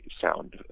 sound